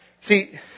See